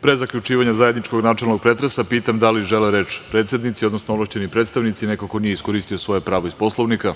pre zaključivanja zajedničkog načelnog pretresa, pitam da li žele reč predsednici, odnosno ovlašćeni predstavnici, neko ko nije iskoristio svoje pravo iz Poslovnika?